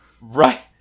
Right